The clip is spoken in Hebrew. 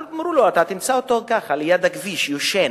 אמרו לו: אתה תמצא אותו ככה, ליד הכביש, יושן.